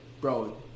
bro